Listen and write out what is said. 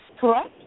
correct